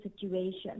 situation